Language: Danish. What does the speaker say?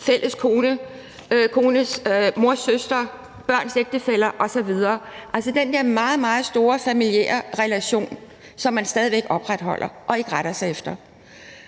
fælles kone, kones mors søster, børns ægtefæller osv., altså den der meget, meget store familiære relation, som man stadig væk opretholder, og hvor man ikke retter sig efter